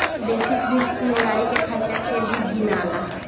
basic risk में गाड़ी के खर्चा के भी गिनाला